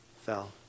fell